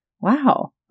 Wow